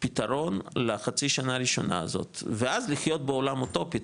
פתרון לחצי שנה הראשונה הזאת ואז לחיות בעולם אוטופי,